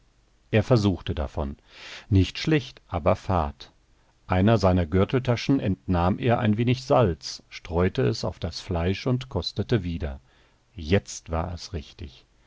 er versuchte davon nicht schlecht aber fad einer seiner gürteltaschen entnahm er ein wenig salz streute es auf das fleisch und kostete wieder jetzt war es richtig